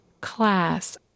class